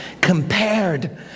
compared